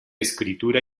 escritura